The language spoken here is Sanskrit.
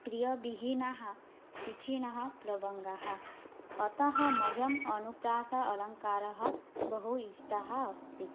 प्रियविहीनाः शिखिनः प्लवङ्गाः अतः मह्यम् अनुप्रास अळङ्कारः बहु इष्टः अस्ति